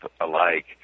alike